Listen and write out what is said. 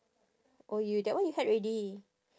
oh you that one you had already